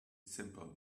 simple